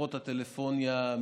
מחברות הטלפוניה,